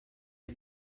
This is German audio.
ich